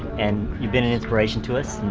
and you've been an inspiration to us,